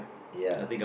ya